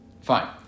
Fine